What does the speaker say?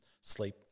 sleep